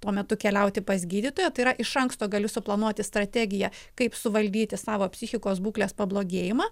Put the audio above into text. tuo metu keliauti pas gydytoją tai yra iš anksto galiu suplanuoti strategiją kaip suvaldyti savo psichikos būklės pablogėjimą